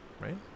right